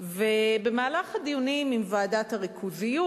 ובמהלך הדיונים עם ועדת הריכוזיות,